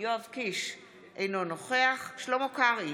אינו נוכח שלמה קרעי,